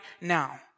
now